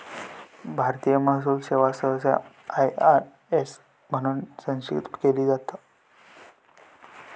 भारतीय महसूल सेवा सहसा आय.आर.एस म्हणून संक्षिप्त केली जाता